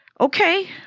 okay